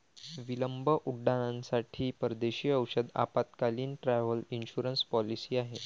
विलंब उड्डाणांसाठी परदेशी औषध आपत्कालीन, ट्रॅव्हल इन्शुरन्स पॉलिसी आहे